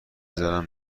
زارن